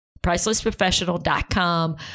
Pricelessprofessional.com